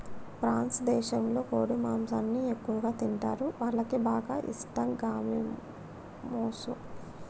France దేశంలో కోడి మాంసాన్ని ఎక్కువగా తింటరు, వాళ్లకి బాగా ఇష్టం గామోసు